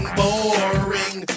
boring